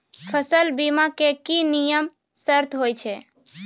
फसल बीमा के की नियम सर्त होय छै?